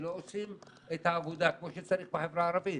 אבל לא עושים את העבודה כמו שצריך בחברה הערבית.